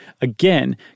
Again